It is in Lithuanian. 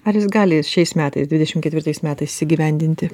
ar jis gali šiais metais dvidešimt ketvirtais metais įgyvendinti